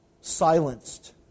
silenced